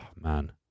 man